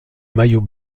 maillot